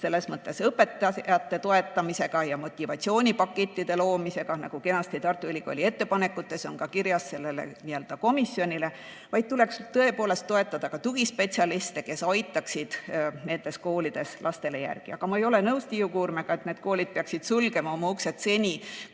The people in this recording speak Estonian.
mitte ainult õpetajate toetamisega ja motivatsioonipakettide loomisega, nagu kenasti on kirjas Tartu Ülikooli ettepanekutes sellele komisjonile, vaid tuleks tõepoolest toetada ka tugispetsialiste, kes aitaksid koolides lapsed järele. Aga ma ei ole nõus Tiiu Kuurmega, et need koolid peaksid sulgema oma uksed seni,